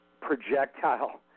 projectile